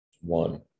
One